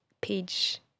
page